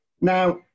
Now